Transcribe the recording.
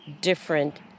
different